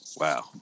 Wow